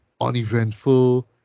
uneventful